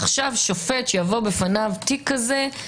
עכשיו שופט שיבוא בפניו תיק כזה,